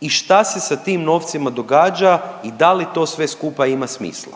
i šta se sa tim novcima događa i da li to sve skupa ima smisla.